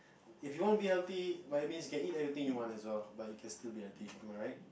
if you wanna be healthy by all means you can eat anything you want as well but you can still be healthy am I right